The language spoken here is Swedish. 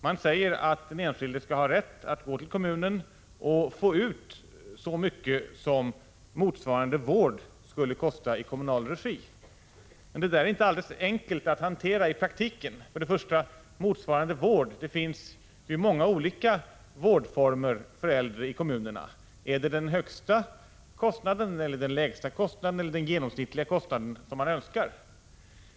Man säger att den enskilde skall ha rätt att gå till kommunen och få ut så mycket som motsvarande vård skulle kosta i kommunal regi. Men det där är inte alldeles enkelt att hantera i praktiken. Vad innebär ”motsvarande vård”? Det finns många olika vårdformer för äldre i kommunerna. Är det den högsta kostnaden, den lägsta kostnaden eller den genomsnittliga kostnaden som man önskar?